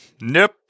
Nope